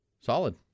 Solid